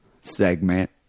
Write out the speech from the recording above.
Segment